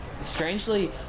strangely